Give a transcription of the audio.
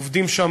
עובדים שם,